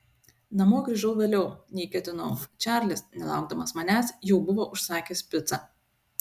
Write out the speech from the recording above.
namo grįžau vėliau nei ketinau čarlis nelaukdamas manęs jau buvo užsakęs picą